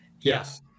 Yes